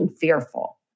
fearful